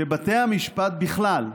שבתי המשפט בכלל,